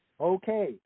Okay